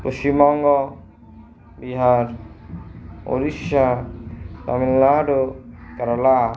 Paschimbanga Bihar Orissa Tamil Nadu Kerala